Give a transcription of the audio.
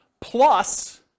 plus